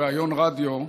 בריאיון רדיו,